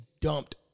dumped